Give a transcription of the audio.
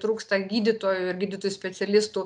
trūksta gydytojų ir gydytojų specialistų